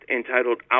entitled